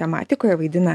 tematikoje vaidina